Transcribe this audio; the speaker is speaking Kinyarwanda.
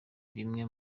bimwe